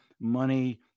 Money